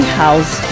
house